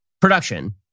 production